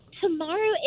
tomorrow